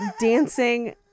dancing